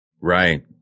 Right